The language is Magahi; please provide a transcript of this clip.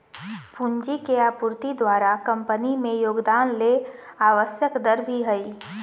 पूंजी के आपूर्ति द्वारा कंपनी में योगदान ले आवश्यक दर भी हइ